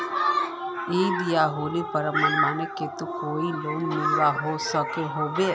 ईद या होली पर्व मनवार केते कोई लोन मिलवा सकोहो होबे?